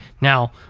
Now